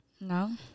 no